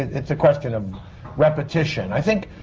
it's a question of repetition. i think.